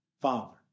father